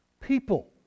people